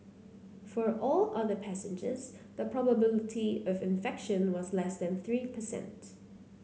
for all other passengers the probability of infection was less than three percent